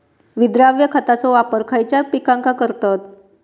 विद्राव्य खताचो वापर खयच्या पिकांका करतत?